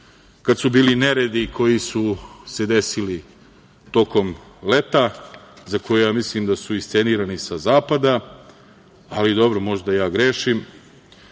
kad su bili neredi koji su se desili tokom leta, za koje mislim da su iscenirani sa zapada. Dobro, možda grešim,